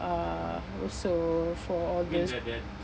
uh also for all those